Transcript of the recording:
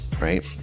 right